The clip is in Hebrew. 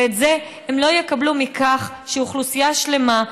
ואת זה הם לא יקבלו מכך שאוכלוסייה שלמה,